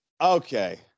Okay